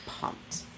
pumped